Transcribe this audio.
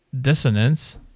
dissonance